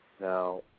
Now